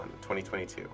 2022